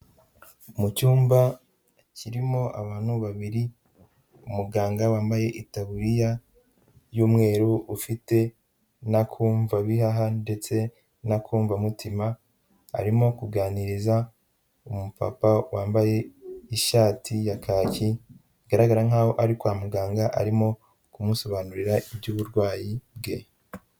Mu cyumba kirimo abantu babiri, umuganga wambaye itaburiya y'umweru ufite n'akumva bihaha ndetse n'akumva mutima arimo kuganiriza umupapa wambaye ishati ya kaki, bigaragara nk'aho ari kwa muganga arimo kumusobanurira iby'uburwayi bwe.